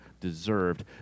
deserved